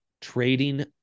trading